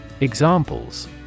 Examples